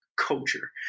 culture